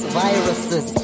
viruses